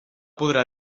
podrà